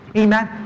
amen